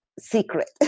secret